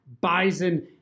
Bison